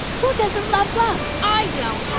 who doesn't love love? i don't!